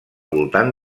voltant